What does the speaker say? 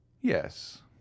Yes